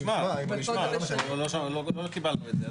לא קיבלנו את זה.